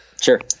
sure